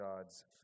God's